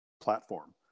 platform